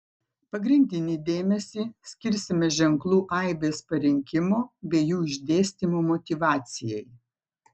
pagrindinį dėmesį skirsime ženklų aibės parinkimo bei jų išdėstymo motyvacijai